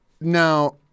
Now